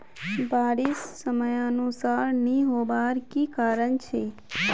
बारिश समयानुसार नी होबार की कारण छे?